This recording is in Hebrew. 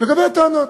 לגבי הטענות.